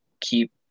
keep